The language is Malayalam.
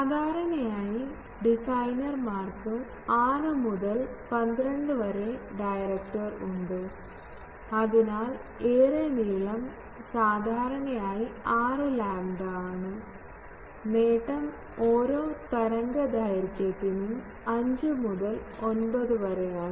സാധാരണയായി ഡിസൈനർമാർക്ക് 6 മുതൽ 12 വരെ ഡയറൿടർ ഉണ്ട് അതിനാൽ എറേ നീളം സാധാരണയായി 6 ലാംഡ ആണ് നേട്ടം ഓരോ തരംഗദൈർഘ്യത്തിനും 5 മുതൽ 9 വരെയാണ്